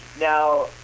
now